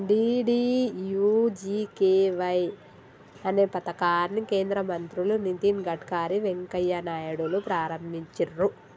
DDUGKY అనే పథకాన్ని కేంద్ర మంత్రులు నితిన్ గడ్కరీ, వెంకయ్య నాయుడులు ప్రారంభించిర్రు